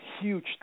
huge